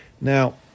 Now